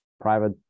private